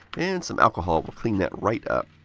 and some alcohol will clean that right up.